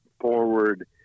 forward